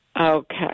Okay